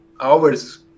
hours